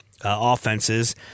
offenses